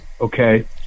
Okay